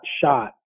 shot